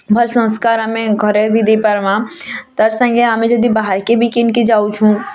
ଭଲ୍ ସଂସ୍କାର୍ ଆମେ ଘରେ ବି ଦେଇପାର୍ବାଁ ତା ସାଙ୍ଗେ ଆମେ ଯଦି ବାହାର୍ କେ କିନ୍ କେ ଯାଉଛୁ